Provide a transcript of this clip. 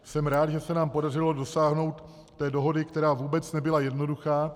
Jsem rád, že se nám podařilo dosáhnout dohody, která vůbec nebyla jednoduchá.